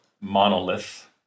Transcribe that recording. monolith